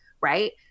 right